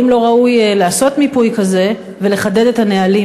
לא ראוי לעשות מיפוי כזה ולחדד את הנהלים